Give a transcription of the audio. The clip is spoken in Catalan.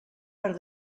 per